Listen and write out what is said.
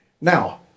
Now